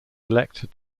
elected